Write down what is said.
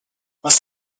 must